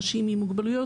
אנשים עם מוגבלויות.